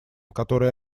которые